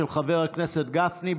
של חבר הכנסת גפני.